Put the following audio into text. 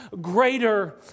greater